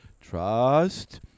trust